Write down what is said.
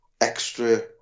extra